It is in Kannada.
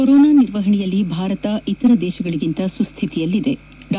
ಕೊರೊನಾ ನಿರ್ವಹಣೆಯಲ್ಲಿ ಭಾರತ ಇತರ ದೇಶಗಳಿಗಿಂತ ಸುಸ್ಥಿತಿಯಲ್ಲಿದೆ ಡಾ